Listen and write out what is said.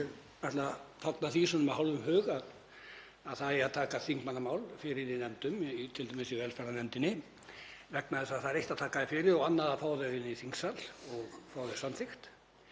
fagna því með hálfum huga að það eigi að taka þingmannamál fyrir í nefndum, t.d. í velferðarnefnd, vegna þess að það er eitt að taka þau fyrir og annað að fá þau inn í þingsal og fá þau samþykkt.